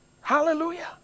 Hallelujah